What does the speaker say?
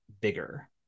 bigger